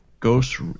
Ghost